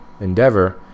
endeavor